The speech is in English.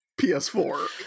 ps4